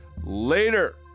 later